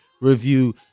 review